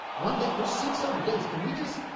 one day. there's six other days. can we just.